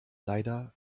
leider